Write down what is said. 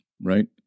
right